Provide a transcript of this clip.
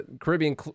Caribbean